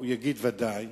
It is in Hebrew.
הוא יגיד: ודאי.